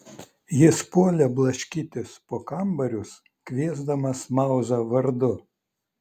jis puolė blaškytis po kambarius kviesdamas mauzą vardu